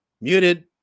Muted